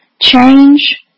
Change